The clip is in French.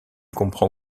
comprend